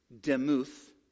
demuth